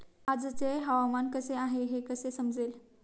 आजचे हवामान कसे आहे हे कसे समजेल?